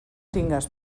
tingues